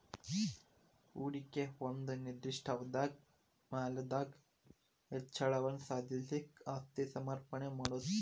ಹೂಡಿಕಿ ಒಂದ ನಿರ್ದಿಷ್ಟ ಅವಧ್ಯಾಗ್ ಮೌಲ್ಯದಾಗ್ ಹೆಚ್ಚಳವನ್ನ ಸಾಧಿಸ್ಲಿಕ್ಕೆ ಆಸ್ತಿ ಸಮರ್ಪಣೆ ಮಾಡೊದು